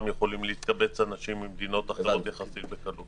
יכולים להתקבץ אנשים ממדינות אחרות בקלות יחסית.